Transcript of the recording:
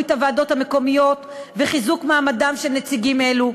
את הוועדות המקומיות וחיזוק מעמדם של נציגים אלו,